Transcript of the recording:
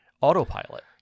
autopilot